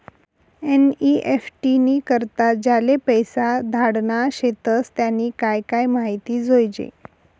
NEFT नी करता ज्याले पैसा धाडना शेतस त्यानी काय काय माहिती जोयजे